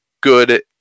good